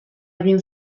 egin